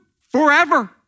forever